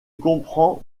comprend